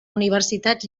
universitat